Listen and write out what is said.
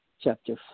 chapter